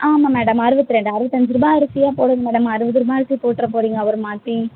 ஆமாம் மேடம் அறுபத்தி ரெண்டு அறுபத்தஞ்சி ரூபா அரிசியே போடுங்க மேடம் அறுபது ரூவா அரிசி போட்டுட போகிறீங்க அப்புறம் மாற்றி